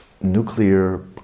nuclear